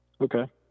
Okay